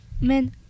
men